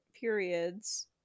periods